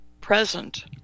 present